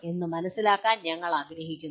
എന്ന് മനസിലാക്കാൻ ഞങ്ങൾ ആഗ്രഹിക്കുന്നു